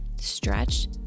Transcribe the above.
stretch